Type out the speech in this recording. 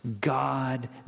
God